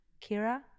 Kira